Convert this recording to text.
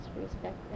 respect